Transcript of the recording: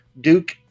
Duke